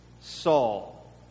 Saul